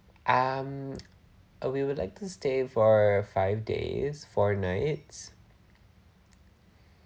um oh we would like to stay for five days four nights